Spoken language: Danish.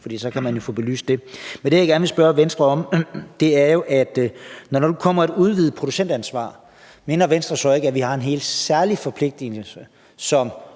For så kan man jo få belyst det. Det, jeg gerne vil spørge Venstre om, er: Når der nu kommer et udvidet producentansvar, mener Venstre så ikke, at vi som offentlig myndighed har